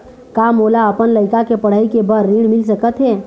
का मोला अपन लइका के पढ़ई के बर ऋण मिल सकत हे?